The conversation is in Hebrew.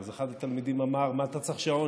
אז אחד התלמידים אמר: מה אתה צריך שעון,